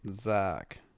Zach